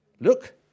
Look